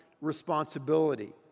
responsibility